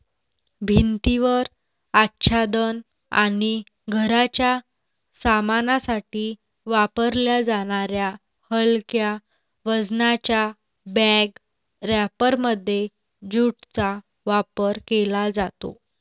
भिंतीवर आच्छादन आणि घराच्या सामानासाठी वापरल्या जाणाऱ्या हलक्या वजनाच्या बॅग रॅपरमध्ये ज्यूटचा वापर केला जातो